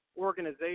organization